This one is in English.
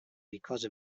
because